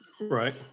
Right